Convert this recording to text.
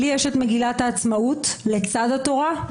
לי יש את מגילת העצמאות לצד התורה,